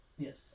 Yes